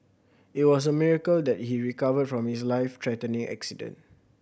it was a miracle that he recovered from his life threatening accident